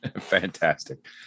Fantastic